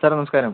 സാറേ നമസ്കാരം